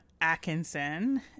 Atkinson